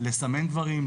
לסמן דברים,